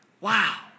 Wow